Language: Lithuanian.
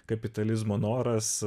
kapitalizmo noras